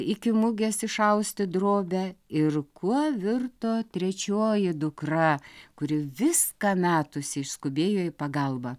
iki mugės išausti drobę ir kuo virto trečioji dukra kuri viską metusi išskubėjo į pagalbą